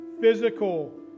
physical